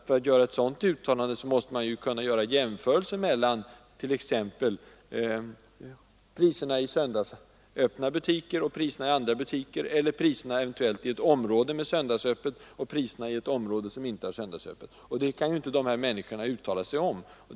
För att göra ett sådant uttalande måste man kunna göra jämförelser mellan t.ex. priserna i söndagsöppna butiker och priserna i andra butiker, eller eventuellt priserna i område med söndagsöppet och priserna i ett annat område som inte har söndagsöppet. Den saken kan ju inte de tillfrågade människorna uttala sig om.